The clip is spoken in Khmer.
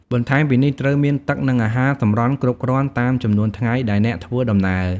បន្ថែមពីនេះត្រូវមានទឹក និងអាហារសម្រន់គ្រប់គ្រាន់តាមចំនួនថ្ងៃដែលអ្នកធ្វើដំណើរ។